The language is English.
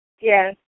Yes